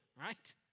right